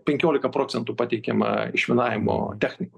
penkiolika procentų pateikima išminavimo technikų